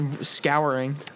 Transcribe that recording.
Scouring